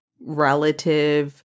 relative